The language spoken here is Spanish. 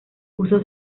uso